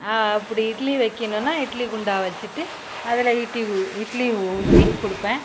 அப்படி இட்லி வைக்கணுன்னா இட்லி குண்டான் வச்சுட்டு அதில் இட்டி ஊ இட்லி ஊற்றி கொடுப்பேன்